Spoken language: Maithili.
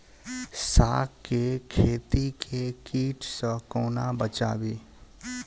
साग केँ खेत केँ कीट सऽ कोना बचाबी?